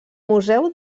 museu